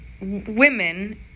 women